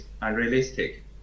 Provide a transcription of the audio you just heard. unrealistic